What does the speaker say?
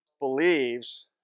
believes